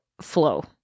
Flow